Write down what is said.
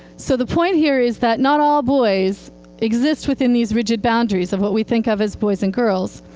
so the point here is that not all boys exist within these rigid boundaries of what we think of as boys and girls,